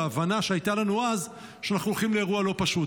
בהבנה שהייתה לנו אז שאנחנו הולכים לאירוע לא פשוט.